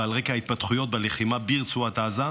ועל רקע ההתפתחויות בלחימה ברצועת עזה,